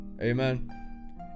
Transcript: Amen